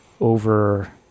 over